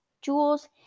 jewels